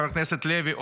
חבר הכנסת לוי,